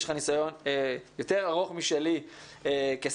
יש לך ניסיון יותר ארוך משלי כשר,